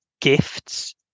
gifts